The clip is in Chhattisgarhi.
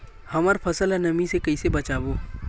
हमर फसल ल नमी से क ई से बचाबो?